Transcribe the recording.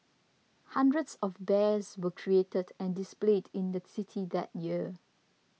hundreds of bears were created and displayed in the city that year